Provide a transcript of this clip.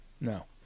No